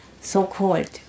so-called